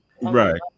right